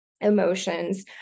emotions